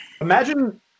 Imagine